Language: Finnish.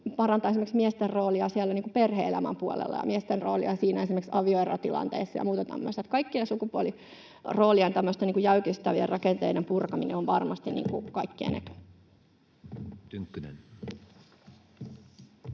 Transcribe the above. parantaa esimerkiksi miesten roolia perhe-elämän puolella ja miesten roolia esimerkiksi avioerotilanteissa ja muuta tämmöistä. Kaikkien sukupuolirooleja jäykistävien rakenteiden purkaminen on varmasti kaikkien etu.